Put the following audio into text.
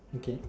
okay